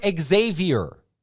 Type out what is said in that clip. Xavier